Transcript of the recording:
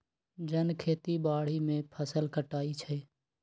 जन खेती बाड़ी में फ़सल काटइ छै